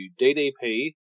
DDP